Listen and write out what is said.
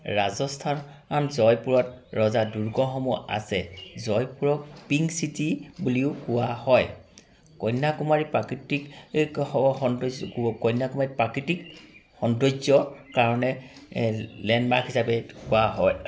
ৰাজস্থান জয়পুৰত ৰজা দূৰ্গসমূহ আছে জয়পুৰক পিংক চিটি বুলিও কোৱা হয় কন্যাকুমাৰী প্ৰাকৃতিক সৌন্দৰ্য কন্যাকুমাৰীক প্ৰাকৃতিক সৌন্দৰ্যৰ কাৰণে লেণ্ডমাৰ্ক হিচাপে কোৱা হয়